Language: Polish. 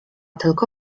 tylko